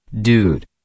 Dude